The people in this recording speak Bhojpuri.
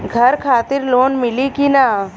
घर खातिर लोन मिली कि ना?